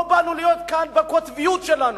לא באנו לכאן להיות בקוטביות שלנו.